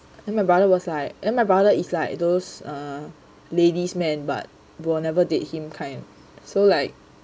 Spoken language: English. then my brother was like then my brother is like those uh ladies man but will never date him kind